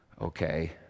okay